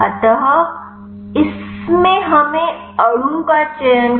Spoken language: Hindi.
अतः इसमें हमें अणु का चयन करना होगा